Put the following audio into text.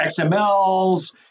XMLs